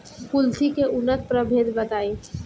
कुलथी के उन्नत प्रभेद बताई?